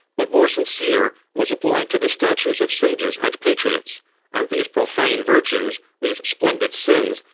but more sincere, was applied to the statues of sages and patriots and these profane virtues, these splendid sins,